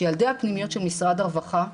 שילדי הפנימיות של משרד הרווחה,